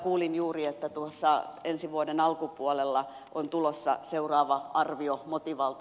kuulin juuri että ensi vuoden alkupuolella on tulossa seuraava arvio motivalta